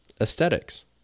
aesthetics